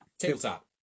Tabletop